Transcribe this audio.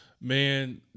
Man